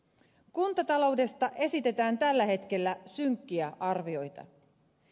kuntataloudesta esitetään tällä hetkellä synkkiä arvioita